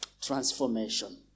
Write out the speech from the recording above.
transformation